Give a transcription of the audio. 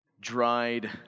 dried